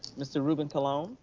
mr. ruben colon. um